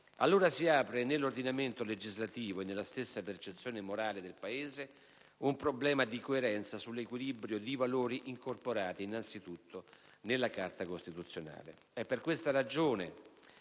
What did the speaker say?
allora si apre nell'ordinamento legislativo e nella stessa percezione morale del Paese un problema di coerenza sull'equilibrio di valori incorporati innanzi tutto nella Carta costituzionale. È per questa ragione